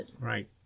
Right